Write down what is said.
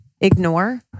ignore